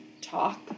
talk